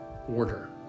order